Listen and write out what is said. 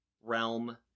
realm